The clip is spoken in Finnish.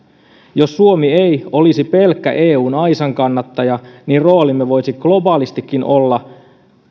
jos suomi ei olisi pelkkä eun aisankannattaja niin roolimme voisi globaalistikin olla